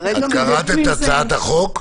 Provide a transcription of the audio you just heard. קראת את הצעת החוק?